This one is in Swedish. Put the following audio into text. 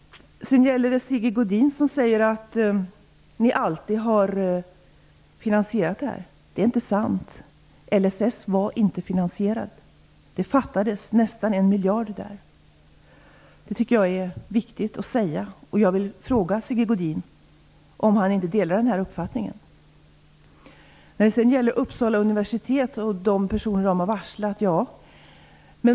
Sigge Godin säger att ni alltid har finansierat detta. Det är inte sant. LSS var inte finansierad. Det fattades nästan 1 miljard där. Det tycker jag är viktigt att säga. Jag vill fråga Sigge Godin om han inte delar den uppfattningen. Sedan till frågan om Uppsala universitet och de personer som där har varslats.